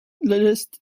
lässt